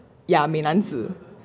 ya 美男子